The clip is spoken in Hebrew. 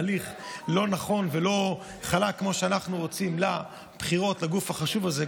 להליך לא נכון ולא חלק כמו שאנחנו רוצים לבחירות לגוף החשוב הזה,